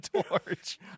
torch